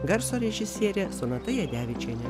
garso režisierė sonata jadevičienė